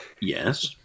Yes